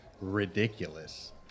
ridiculous